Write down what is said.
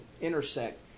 intersect